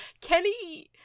Kenny